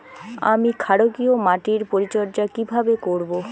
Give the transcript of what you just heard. আমি ক্ষারকীয় মাটির পরিচর্যা কিভাবে করব?